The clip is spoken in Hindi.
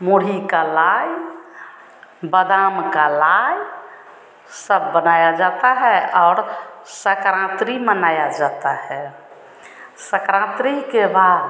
मूढ़ी की लाई बादाम की लाई सब बनाई जाती है और सन्क्रान्ति मनाई जाती है सन्क्रान्ति के बाद